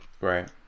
Right